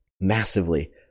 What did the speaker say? massively